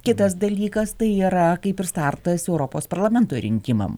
kitas dalykas tai yra kaip ir startas europos parlamento rinkimam